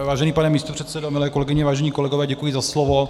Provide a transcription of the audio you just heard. Vážený pane místopředsedo, milé kolegyně, vážení kolegové, děkuji za slovo.